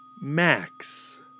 Max